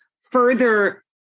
further